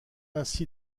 ainsi